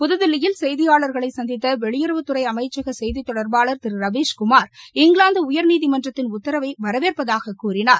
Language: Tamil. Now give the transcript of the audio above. புதுதில்லியில் செய்தியாளா்களை சந்தித்த வெளியுறவுத்துறை அமைச்சக செய்தி தொடா்பாளா் திரு ரவிஷ் குமார் இங்கிலாந்து உயர்நீதிமன்றத்தின் உத்தரவை வரவேற்பதாக கூறினார்